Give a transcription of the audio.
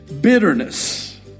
bitterness